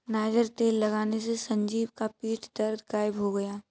niger तेल लगाने से संजीव का पीठ दर्द गायब हो गया